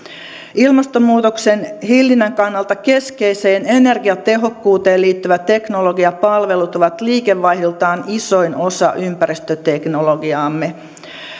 ilmastonmuutoksen hillinnän kannalta keskeiseen energiatehokkuuteen liittyvät teknologiapalvelut ovat liikevaihdoltaan isoin osa ympäristöteknologiaamme